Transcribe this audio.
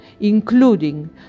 including